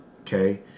Okay